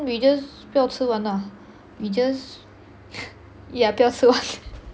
we just 不要吃完 lah we just yeah 不要吃完